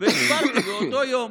ודיברתי באותו יום,